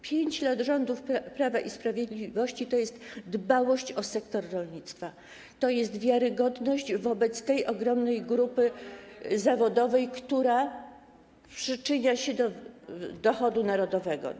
5 lat rządów Prawa i Sprawiedliwości to jest dbałość o sektor rolnictwa, to jest wiarygodność wobec tej ogromnej grupy zawodowej, która przyczynia się do naszego dochodu narodowego.